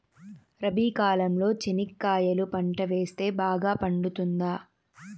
రబి కాలంలో చెనక్కాయలు పంట వేస్తే బాగా పండుతుందా?